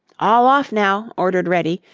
all off, now, ordered reddy,